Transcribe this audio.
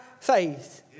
faith